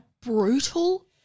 brutal